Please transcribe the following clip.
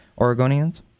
Oregonians